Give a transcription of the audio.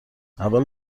اول